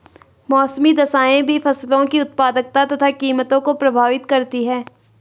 मौसमी दशाएं भी फसलों की उत्पादकता तथा कीमतों को प्रभावित करती है